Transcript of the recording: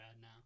now